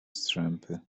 strzępy